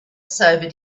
sobered